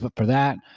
but for that.